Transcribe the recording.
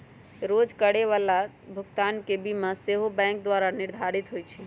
रोज करए जाय बला भुगतान के सीमा सेहो बैंके द्वारा निर्धारित होइ छइ